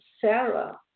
Sarah